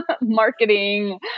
marketing